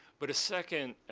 but a second,